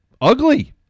ugly